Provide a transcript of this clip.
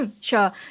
Sure